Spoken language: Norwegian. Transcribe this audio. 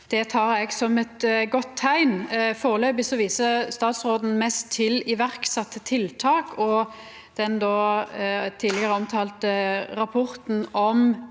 det tek eg som eit godt teikn. Foreløpig viser statsråden mest til iverksette tiltak og den tidlegare omtalte rapporten om